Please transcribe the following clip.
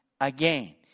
again